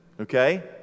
Okay